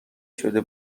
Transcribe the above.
شده